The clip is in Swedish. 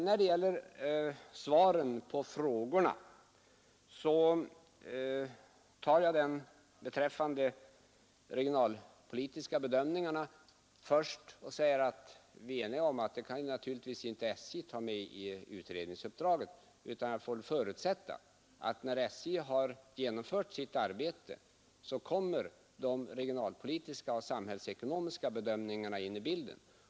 När det gäller svaren på frågorna tar jag det besked som gäller de regionalpolitiska bedömningarna först och säger att vi är eniga om att detta kan naturligtvis inte SJ ta med i utredningsuppdraget, utan jag får förutsätta att när SJ genomfört sitt arbete kommer de regionalpolitiska och samhällsekonomiska bedömningarna in i bilden.